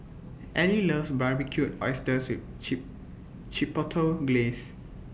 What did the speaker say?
Elie loves Barbecued Oysters with Chee Chipotle Glaze